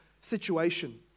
situation